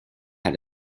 had